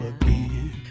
again